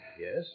Yes